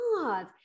God